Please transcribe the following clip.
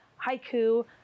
Haiku